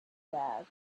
bad